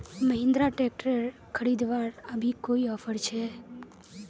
Mahindra tractor खरीदवार अभी कोई ऑफर छे?